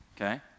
okay